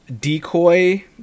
decoy